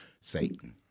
Satan